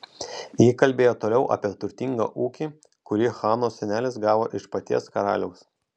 ji kalbėjo toliau apie turtingą ūkį kurį hanos senelis gavo iš paties karaliaus